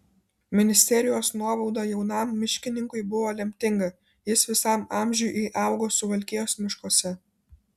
ministerijos nuobauda jaunam miškininkui buvo lemtinga jis visam amžiui įaugo suvalkijos miškuose